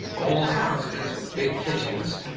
old houses with big kitchens,